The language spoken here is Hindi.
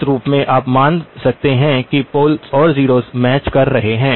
इस रूप में आप मान सकते हैं कि पोल्स और ज़ीरोस मैच कर रहे हैं